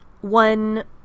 One